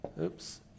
Oops